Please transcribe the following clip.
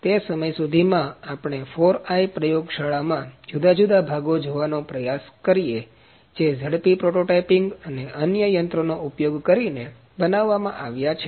તેથી તે સમય સુધીમાં આપણે 4i પ્રયોગશાળામાં જુદા જુદા ભાગો જોવાનો પ્રયાસ કરીએ જે ઝડપી પ્રોટોટાયપિંગ અને અન્ય યંત્રોનો ઉપયોગ કરીને બનાવવામાં આવ્યા છે